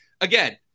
Again